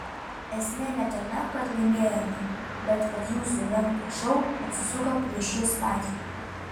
esmė ne tame kad laimėjome bet kad jūsų rengtas šou atsisuko prieš jus patį